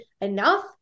enough